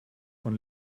von